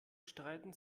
streiten